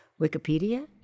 Wikipedia